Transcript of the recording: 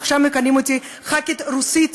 שם מכנים אותי "ח"כית רוסית",